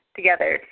together